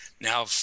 Now